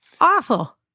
Awful